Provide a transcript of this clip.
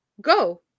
go